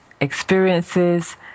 experiences